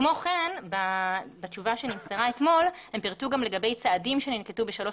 כמו כן בתשובה שנמסרה אתמול הם פירטו גם לגבי צעדים שננקטו בשלוש